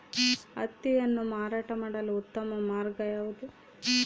ಹತ್ತಿಯನ್ನು ಮಾರಾಟ ಮಾಡಲು ಉತ್ತಮ ಮಾರ್ಗ ಯಾವುದು?